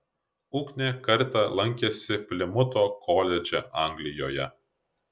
ugnė kartą lankėsi plimuto koledže anglijoje